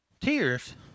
tears